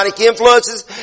influences